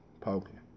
poking